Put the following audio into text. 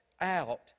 out